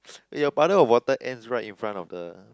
eh your puddle of water ends right in front of the